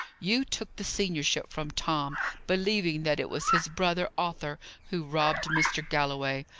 you took the seniorship from tom, believing that it was his brother arthur who robbed mr. galloway.